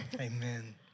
Amen